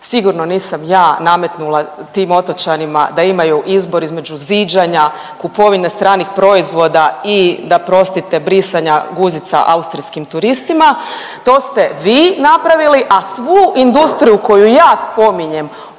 sigurno nisam ja nametnula tim otočanima da imaju izbor između ziđanja, kupovine stranih proizvoda i da prostite brisanja guzica austrijskim turistima to ste vi napravili, a svu industriju koju ja spominjem